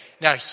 now